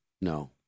no